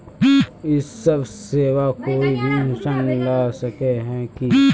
इ सब सेवा कोई भी इंसान ला सके है की?